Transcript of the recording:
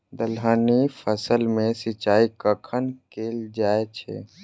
दलहनी फसल मे सिंचाई कखन कैल जाय छै?